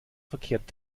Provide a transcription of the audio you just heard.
verkehrt